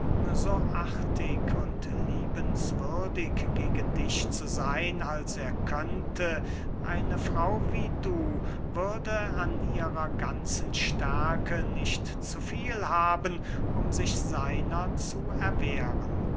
so artig und liebenswürdig gegen dich zu seyn als er könnte eine frau wie du würde an ihrer ganzen stärke nicht zu viel haben um sich seiner zu erwehren